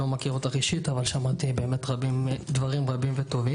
אני לא מכיר אותך אישית אבל שמעתי הרבה דברים טובים.